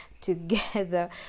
together